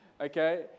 Okay